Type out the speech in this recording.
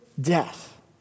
death